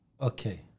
Okay